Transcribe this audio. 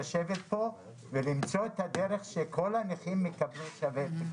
לשבת פה ולמצוא את הדרך שכל הנכים יקבלו שווה.